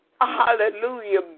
Hallelujah